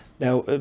Now